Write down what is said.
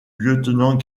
lieutenant